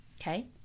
Okay